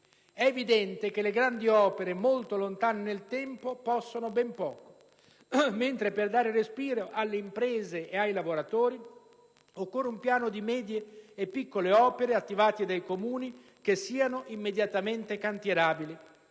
È evidente che le grandi opere, molto lontane nel tempo, possono ben poco. Mentre per dare respiro alle imprese e ai lavoratori occorre un piano di medie e piccole opere, attivate dai Comuni, che siano immediatamente cantierabili.